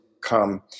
come